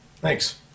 Thanks